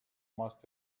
must